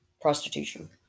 prostitution